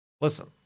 Listen